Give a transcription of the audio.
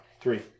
Three